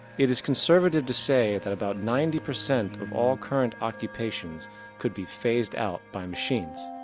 it is conservative to say that about ninety percent of all current occupations could be faced out by machines.